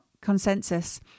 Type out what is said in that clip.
consensus